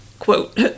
quote